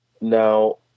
Now